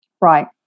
Right